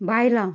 बायलां